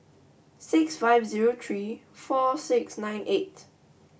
six five zero three four six nine eight